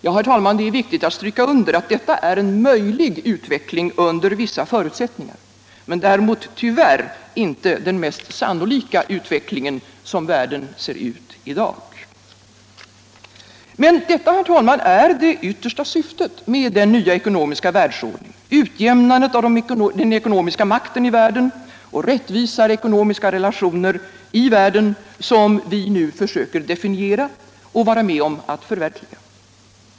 Det är viktigt att stryka under att detta är en möjlig utveckling under vissa förutsättningar men däremot tvvärr inte den mest sannolika utvecklingen, så som världen ser ut i dag. Men' detta, herr talman, är det yttersta syftet med den nya ekonomiska världsordning som vi nu försöker definiera och vara med om att förverkliga: utjiäimnandet av den ckonomiska makten och rättvisare ekonomiska relationer i världen.